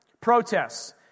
protests